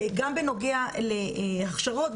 גם בנוגע להכשרות,